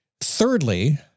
thirdly